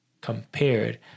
compared